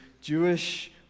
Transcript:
Jewish